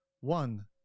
One